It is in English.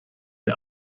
the